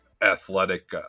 athletic